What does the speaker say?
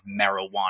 marijuana